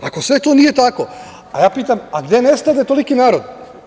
Ako sve to nije tako, ja pitam – gde nestade toliki narod?